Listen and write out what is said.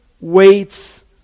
waits